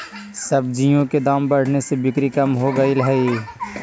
सब्जियों के दाम बढ़ने से बिक्री कम हो गईले हई